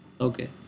Okay